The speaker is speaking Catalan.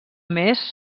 més